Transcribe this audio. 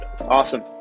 awesome